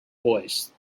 voice